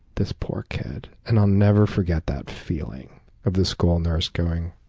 this poor kid. and i'll never forget that feeling of the school nurse going,